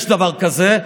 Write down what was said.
יש דבר כזה,